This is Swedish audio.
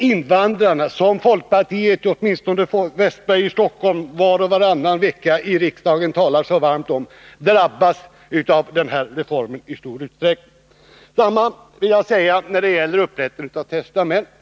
Invandrarna som folkpartiet talar så varmt för — åtminstone Olle Wästberg i Stockholm, som tar upp dessa frågor i riksdagen var och varannan vecka — drabbas av den här reformen i stor utsträckning. Detsamma gäller upprättande av testamenten.